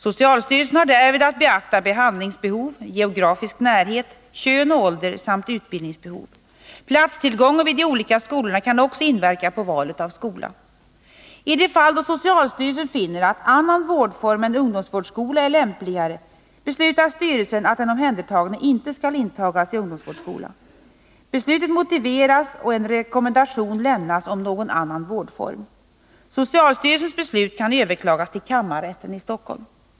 Socialstyrelsen har därvid att beakta behandlingsbehov, geografisk närhet, kön och ålder samt utbildningsbehov. Platstillgången vid de olika skolorna kan också inverka på valet av skola. I de fall då socialstyrelsen finner att annan vårdform än ungdomsvårdsskola är lämpligare beslutar styrelsen att den omhändertagne inte skall intagas i ungdomsvårdsskola. Beslutet motiveras, och en rekommendation lämnas om någon annan vårdform. Socialstyrelsens beslut kan överklagas till kammarrätten i Stockholm.